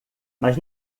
mas